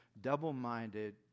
double-minded